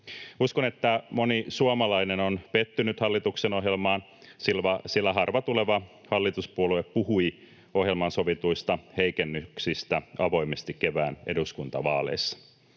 Uskon, että moni suomalainen on pettynyt hallituksen ohjelmaan, sillä harva tuleva hallituspuolue puhui ohjelmaan sovituista heikennyksistä avoimesti kevään eduskuntavaaleissa.